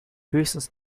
höchstens